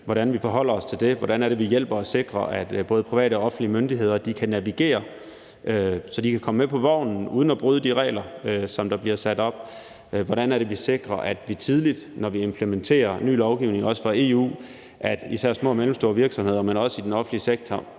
Hvordan forholder vi os til det? Hvordan er det, vi hjælper og sikrer, at både private og offentlige myndigheder kan navigere, så de kan komme med på vognen uden at bryde de regler, der bliver sat op? Hvordan er det, vi tidligt sikrer, når vi implementerer ny lovgivning, også fra EU, at man i især små og mellemstore virksomheder, men også i den offentlige sektor,